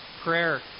Prayer